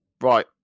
Right